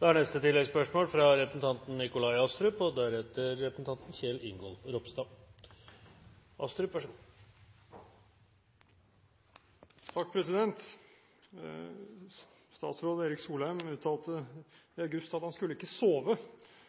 Nikolai Astrup – til oppfølgingsspørsmål. Statsråd Erik Solheim uttalte i august at han ikke skulle sove før klimameldingen ble lagt frem. Så